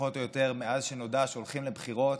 פחות או יותר מאז שנודע שהולכים לבחירות,